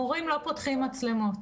המורים לא פותחים מצלמות.